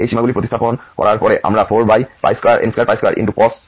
এই সীমাগুলি প্রতিস্থাপন করার পরে আমরা 4n22cos nπ 1 পাবো